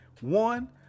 one